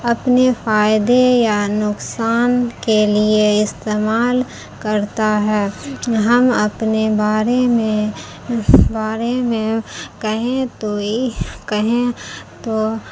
اپنے فائدے یا نقصان کے لیے استعمال کرتا ہے ہم اپنے بارے میں بارے میں کہیں تو کہیں تو